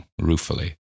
ruefully